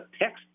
text